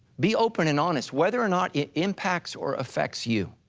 be open and honest whether or not it impacts or affects you.